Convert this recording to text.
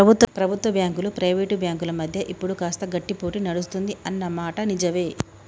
ప్రభుత్వ బ్యాంకులు ప్రైవేట్ బ్యాంకుల మధ్య ఇప్పుడు కాస్త గట్టి పోటీ నడుస్తుంది అన్న మాట నిజవే